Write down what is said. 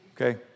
Okay